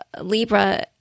Libra